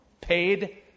Paid